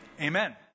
amen